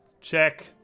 check